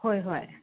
ꯍꯣꯏ ꯍꯣꯏ